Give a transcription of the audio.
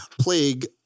plague